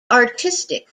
artistic